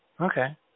Okay